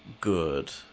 good